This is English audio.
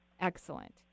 Excellent